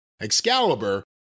Excalibur